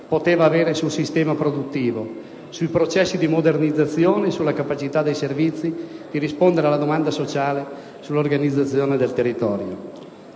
poteva avere sul sistema produttivo, sui processi di modernizzazione, sulla capacità dei servizi di rispondere alla domanda sociale, sull'organizzazione del territorio.